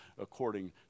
according